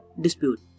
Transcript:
dispute